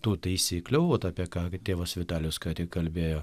tų taisyklių vat apie ką tėvas vitalijus ką tik kalbėjo